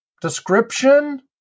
description